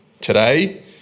Today